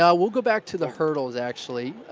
yeah we'll go back to the hurdles actually.